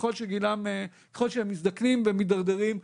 ככל שהם מזדקנים ומידרדרים,